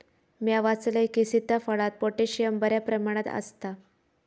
म्या वाचलंय की, सीताफळात पोटॅशियम बऱ्या प्रमाणात आसता